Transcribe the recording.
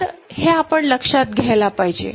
तर हे आपण लक्षात घ्यायला पाहिजे